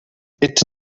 bit